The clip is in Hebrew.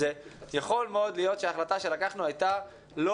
זה שיכול מאוד להיות שההחלטה שלקחנו הייתה לא